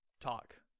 talk